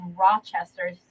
Rochester